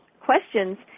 questions